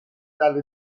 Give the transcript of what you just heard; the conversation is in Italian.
dalle